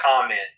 comment